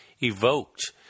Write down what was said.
evoked